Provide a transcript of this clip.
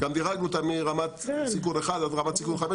דירגנו אותם מרמת סיכון 1 עד רמת סיכון 5,